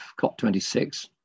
COP26